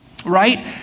Right